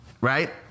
right